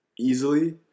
easily